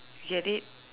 you get it